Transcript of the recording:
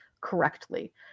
correctly